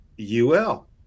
UL